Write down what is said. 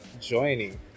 joining